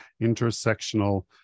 intersectional